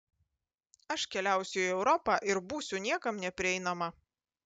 aš keliausiu į europą ir būsiu niekam neprieinama